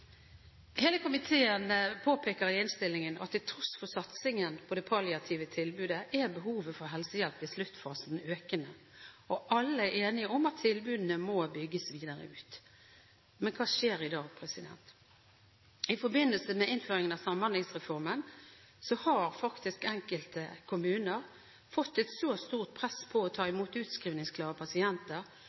Hele komiteen påpeker i innstillingen at til tross for satsingen på det palliative tilbudet er behovet for helsehjelp i sluttfasen økende. Alle er enige om at tilbudene må bygges videre ut. Men hva skjer i dag? I forbindelse med innføringen av Samhandlingsreformen har faktisk enkelte kommuner fått et så stort press på seg til å ta imot utskrivingsklare pasienter